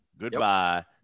Goodbye